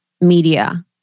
media